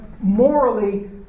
morally